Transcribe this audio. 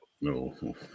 No